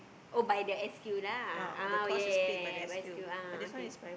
oh by the S Q lah ah ya ya ya ya S_Q ah okay